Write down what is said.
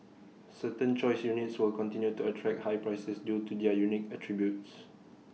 certain choice units will continue to attract high prices due to their unique attributes